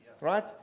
right